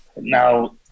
Now